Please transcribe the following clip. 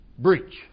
Breach